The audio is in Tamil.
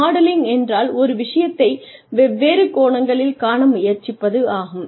மாடலிங் என்றால் ஒரு விஷயத்தை வெவ்வேறு கோணங்களில் காண முயற்சிப்பது ஆகும்